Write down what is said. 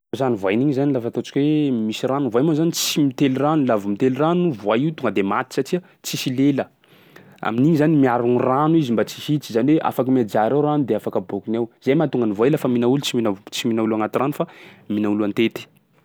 San'ny voay an'igny zany lafa ataontsika hoe misy rano. Voay moa zany tsy mitely rano, laha vao mitely rano voay io tonga de maty satsia tsisy lela. Amin'igny zany miaro gny rano izy mba tsisy hiditsy, zany hoe afaky miajaro ao rano de afaky aboakiny ao. Zay mahatonga ny voay lafa mihina olo tsy mihina v- tsy mihina olo agnaty rano fa mihina olo an-tety.